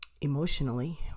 emotionally